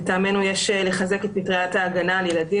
לטעמנו יש לחזק את מטריית ההגנה על ילדים